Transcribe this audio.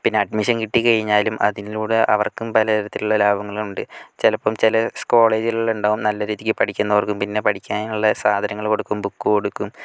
പിന്നെ അഡ്മിഷൻ കിട്ടിക്കഴിഞ്ഞാലും അതിലൂടെ അവർക്കും പല തരത്തിലുള്ള ലാഭങ്ങളുണ്ട് ചിലപ്പം ചില കോളേജുകളിലുണ്ടാകും നല്ല രീതിക്ക് പഠിക്കുന്നവർക്കും പിന്നെ പഠിക്കാനുള്ള സാധനങ്ങൾ കൊടുക്കും ബുക്ക് കൊടുക്കും